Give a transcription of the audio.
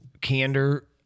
candor